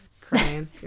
crying